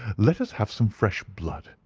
let us have some fresh blood,